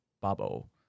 bubble